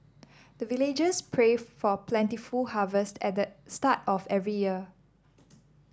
the villagers pray for plentiful harvest at the start of every year